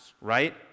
right